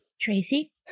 tracy